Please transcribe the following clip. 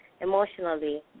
emotionally